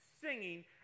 singing